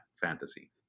fantasy